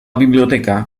biblioteca